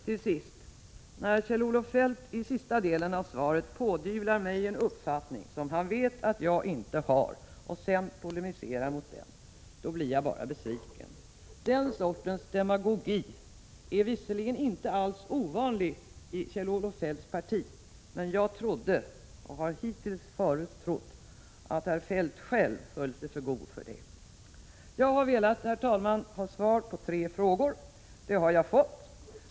Till sist: När Kjell-Olof Feldt i sista delen av svaret pådyvlar mig en uppfattning som han vet att jag inte har och sedan polemiserar mot den, blir jag bara besviken. Den sortens demagogi är visserligen inte alls ovanlig i Kjell-Olof Feldts parti, men jag trodde, och har hittills trott, att herr Feldt själv höll sig för god för den. Jag har velat, herr talman, ha svar på tre frågor, och det har jag fått.